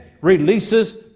releases